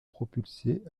propulsé